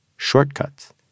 shortcuts